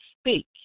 speak